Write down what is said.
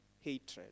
hatred